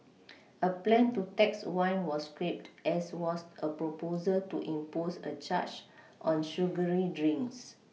a plan to tax wine was scrapped as was a proposal to impose a charge on sugary drinks